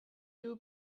you